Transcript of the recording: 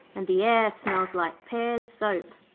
and the air smells like pears' soap.